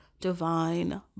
divine